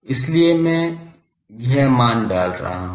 इसलिए मैं यह मान डाल रहा हूं